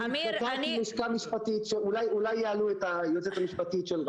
בחוק נקבע בצורה מסודרת שהן צריכות להיכנס לאתר רשות המסים,